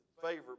favorite